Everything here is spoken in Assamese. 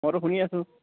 মইতো শুনি আছোঁ